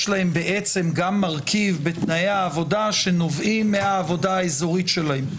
להם גם מרכיבים בתנאי העבודה שנובעים מהעבודה האזורית שלהם.